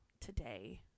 today